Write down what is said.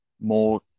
more